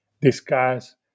discuss